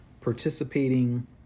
participating